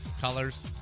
colors